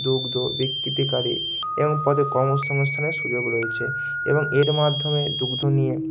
দুগ্ধ বিকৃতকারী এরকম পদে কর্মসংস্থানের সুযোগ রয়েছে এবং এর মাধ্যমে দুগ্ধ নিয়ে